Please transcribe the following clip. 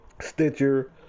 Stitcher